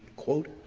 quote,